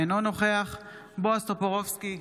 אינו נוכח בועז טופורובסקי,